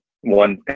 one